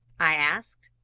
i asked.